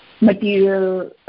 material